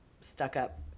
stuck-up